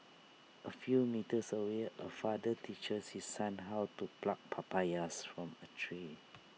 A few metres away A father teaches his son how to pluck papayas from A tree